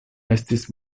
estis